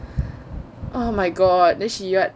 oh my god then she write